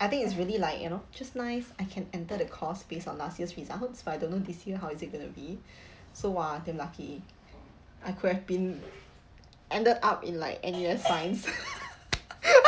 I think it's really like you know just nice I can enter the course based on last year's results but I don't know this year how is it going to be so !wah! damn lucky I could have been ended up in like any other science